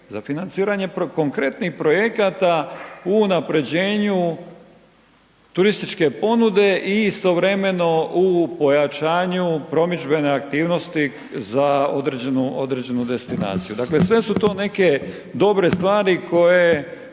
za financiranje konkretnih projekata u unapređenju turističke ponude i istovremeno u pojačanju promidžbene aktivnosti za određenu destinaciju. Dakle sve su to neke dobre stvari koje